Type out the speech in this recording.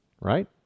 Right